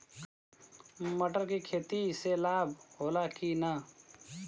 मटर के खेती से लाभ होला कि न?